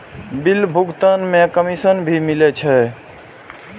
Bill भुगतान में commission भी मिले छै?